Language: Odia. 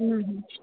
ହୁଁ ହୁଁ